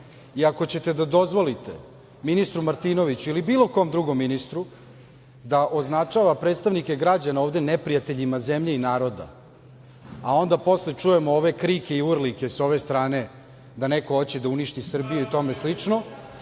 i ako ćete da dozvolite ministru Martinoviću ili bilo kom drugom ministru da označava predstavnike građana ovde neprijateljima zemlje i naroda, a onda posle čujemo krike i urlike da neko hoće da uništi Srbiju i tome slično,